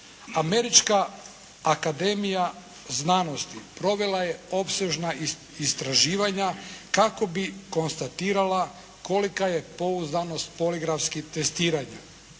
Američka akademija znanosti provela je opsežna istraživanja kako bi konstatirala kolika je pouzdanost poligrafskih testiranja.